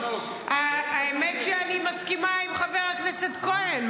האמת היא שאני מסכימה עם חבר הכנסת כהן,